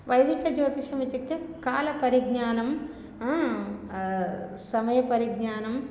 वैदिकज्योतिषम् इत्युक्ते कालपरिज्ञानं समयपरिज्ञानम्